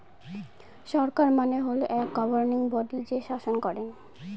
সরকার মানে হল এক গভর্নিং বডি যে শাসন করেন